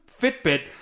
Fitbit